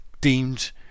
deemed